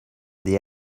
the